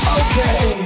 okay